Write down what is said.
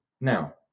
Now